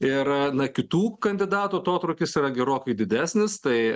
ir na kitų kandidatų atotrūkis yra gerokai didesnis tai